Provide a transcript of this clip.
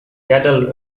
cattle